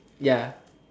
ya